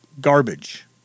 garbage